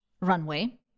runway